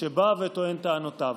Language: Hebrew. שבא וטוען את טענותיו.